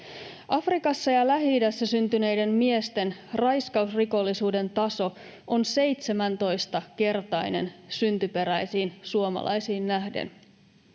Afrikassa ja Lähi-idässä syntyneiden miesten raiskausrikollisuuden taso on 17-kertainen syntyperäisiin suomalaisiin nähden.